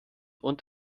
und